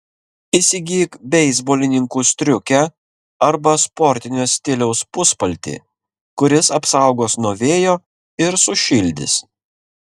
įsigyk beisbolininkų striukę arba sportinio stiliaus puspaltį kuris apsaugos nuo vėjo ir sušildys